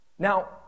Now